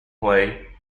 play